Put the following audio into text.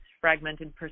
fragmented